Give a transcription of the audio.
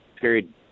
period